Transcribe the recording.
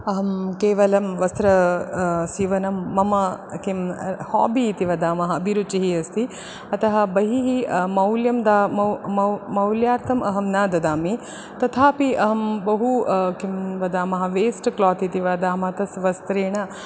अहं केवलं वस्त्र सीवनं मम किं होबि इति वदामः अभिरुचिः अस्ति अतः बहिः मौल्यं मौल्यार्थम् अहं न ददामि तथापि अहं बहु किं वदामः वेस्ट् क्लात् इति वदामः तत् वस्त्रेण